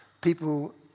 people